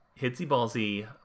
Hitsy-ballsy